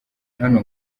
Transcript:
hano